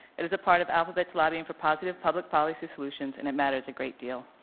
it is a part of alphabet's lobbying for positive public policy solutions, and it matters a great deal.